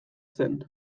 zen